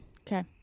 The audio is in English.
Okay